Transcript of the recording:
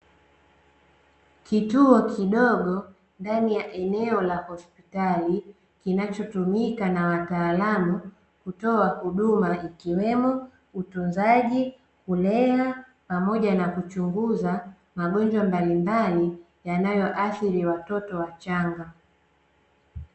Kituo kidogo ndani ya eneo la hospitali kinachotumika na wataalamu kutoa huduma ikiwemo utunzaji, kulea pamoja na kuchunguza magonjwa mbalimbali yanayoathiri watoto wachanga.